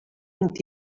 vint